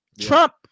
Trump